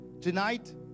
tonight